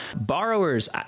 Borrowers